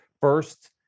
First